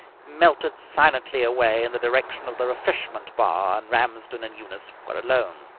melted silently away in the direction of the refreshment bar, and ramsden and eunice were alone.